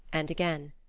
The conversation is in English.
and again.